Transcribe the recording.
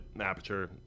aperture